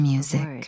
Music